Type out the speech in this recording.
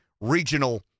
regional